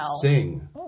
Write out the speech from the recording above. sing